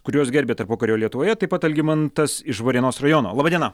kuriuos gerbė tarpukario lietuvoje taip pat algimantas iš varėnos rajono laba diena